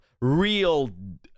real